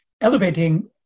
elevating